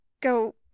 go